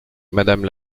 madame